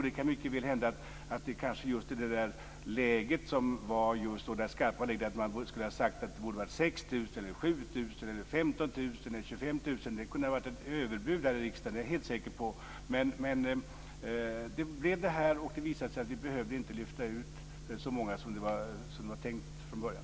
Det kan mycket väl hända att vi i det skarpa läge som vi hade just då borde ha sagt att Sverige skulle ha tagit emot 6 000, 7 000, 15 000 eller 25 000. Det kunde ha blivit överbud här i riksdagen - det är jag helt säker på. Men det blev det här antalet, och det visade sig att vi inte behövde lyfta ut så många som det var tänkt från början.